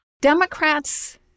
Democrats